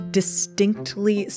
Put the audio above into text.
distinctly